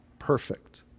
perfect